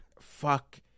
fuck